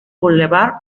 bulevar